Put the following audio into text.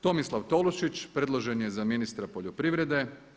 Tomislav Tolušić, predložen je za ministra poljoprivrede.